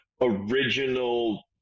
original